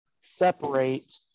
separate